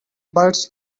birds